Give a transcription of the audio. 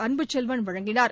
அன்புச் செல்வன் வழங்கினார்